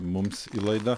mums į laidą